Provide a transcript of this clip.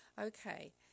okay